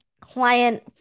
client